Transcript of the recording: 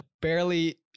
Barely